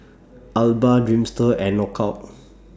Alba Dreamster and Knockout